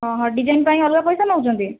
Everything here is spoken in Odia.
ଡିଜାଇନ୍ ପାଇଁ ଅଲଗା ପଇସା ନେଉଛନ୍ତି